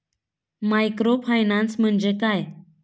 Microfinance म्हणजे काय?